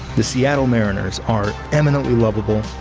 the seattle mariners are eminently lovable,